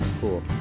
cool